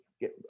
get